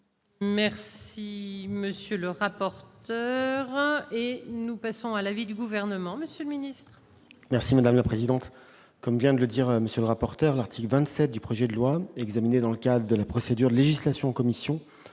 Merci, monsieur le rapporteur et nous passons à l'avis du gouvernement, Monsieur le Ministre. Merci madame la présidente, comme vient de le dire, monsieur le rapporteur, l'article 27 du projet de loi examiné dans le cadre de la procédure législation commission